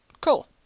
Cool